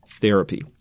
therapy